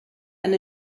and